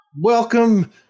welcome